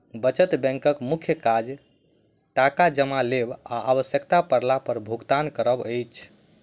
बचत बैंकक मुख्य काज टाका जमा लेब आ आवश्यता पड़ला पर भुगतान करब अछि